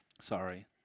Sorry